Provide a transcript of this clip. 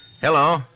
hello